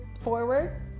forward